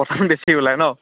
বেছি ওলায় ন